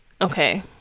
Okay